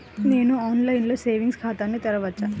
నేను ఆన్లైన్లో సేవింగ్స్ ఖాతాను తెరవవచ్చా?